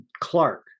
Clark